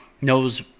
knows